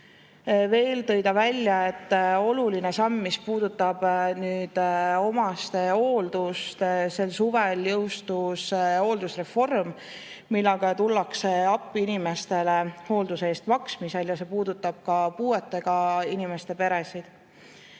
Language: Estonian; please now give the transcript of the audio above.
Veel tõi ta välja, et üks oluline samm puudutab omastehooldust. Suvel jõustus hooldusreform, millega tullakse appi inimestele hoolduse eest maksmisel, ja see puudutab ka puuetega inimeste peresid.